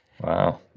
Wow